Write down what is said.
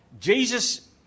Jesus